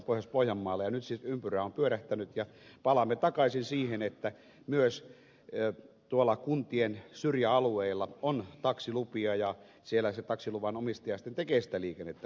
nyt siis ympyrä on pyörähtänyt ja palaamme takaisin siihen että myös tuolla kuntien syrjäalueilla on taksilupia ja siellä se taksiluvan omistaja sitten tekee sitä liikennettä myös oikeasti